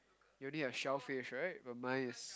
you only have shellfish right well mine is